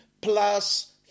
plus